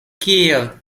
kiel